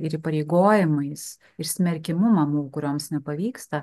ir įpareigojimais ir smerkimu mamų kurioms nepavyksta